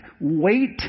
wait